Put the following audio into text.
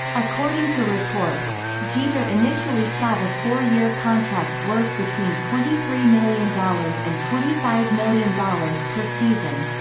according to reports, jeter initially sought a four-year contract worth between twenty three million dollars and twenty five million dollars per season.